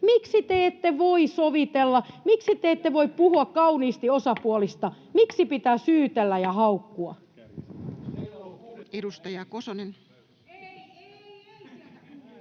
Miksi te ette voi sovitella? Miksi te ette voi puhua kauniisti osapuolista? Miksi pitää syytellä ja haukkua?